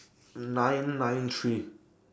nine nine three